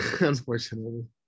unfortunately